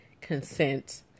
consent